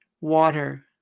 water